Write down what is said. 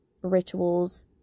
rituals